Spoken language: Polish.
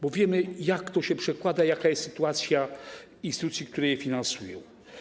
Bo wiemy, jak to się przekłada, jaka jest sytuacja instytucji, które je finansują.